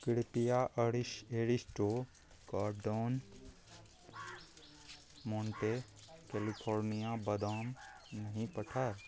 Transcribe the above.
कृपया अरिस एरिस्टोके डॉन मोंटे कैलिफोर्निया बदाम नहि पठायब